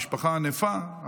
משפחה ענפה,